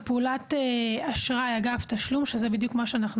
על פעולת אשראי אגב תשלום שזה בדיוק מה שאנחנו